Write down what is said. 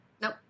Nope